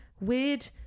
weird